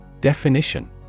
definition